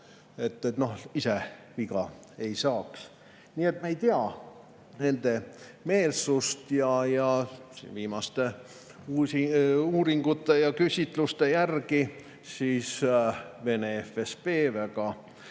et ise viga ei saaks. Nii et me ei tea nende meelsust. Viimaste uuringute ja küsitluste järgi kasutab Vene FSB väga